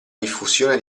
diffusione